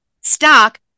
stock